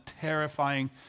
terrifying